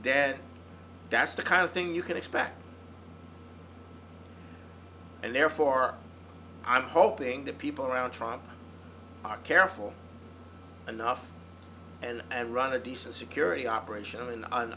there that's the kind of thing you can expect and therefore i'm hoping the people around trump are careful enough and run a decent security operation on